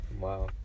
wow